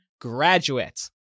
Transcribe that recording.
graduate